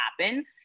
happen